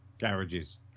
Garages